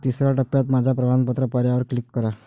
तिसर्या टप्प्यात माझ्या प्रमाणपत्र पर्यायावर क्लिक करा